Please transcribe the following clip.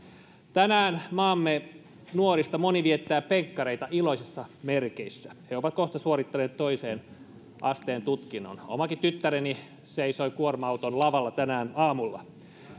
tänään maamme nuorista moni viettää penkkareita iloisissa merkeissä he ovat kohta suorittaneet toisen asteen tutkinnon omakin tyttäreni seisoi kuorma auton lavalla tänään aamulla